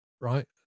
right